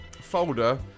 folder